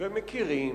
ומכירים,